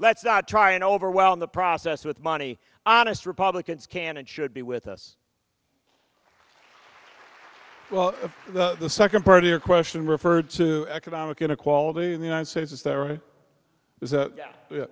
not try and overwhelm the process with money honest republicans can and should be with us well the second part of your question referred to economic inequality in the united states is there or is that